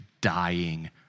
dying